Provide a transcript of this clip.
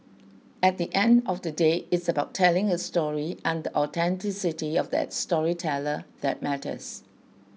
at the end of the day it's about telling a story and the authenticity of that storyteller that matters